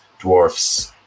dwarfs